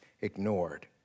ignored